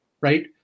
right